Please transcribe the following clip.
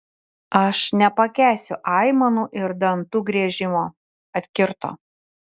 aš nepakęsiu aimanų ir dantų griežimo atkirto